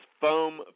foam